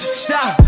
stop